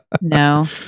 No